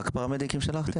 רק פרמדיקים שלחתם?